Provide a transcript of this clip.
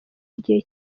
igihe